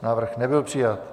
Návrh nebyl přijat.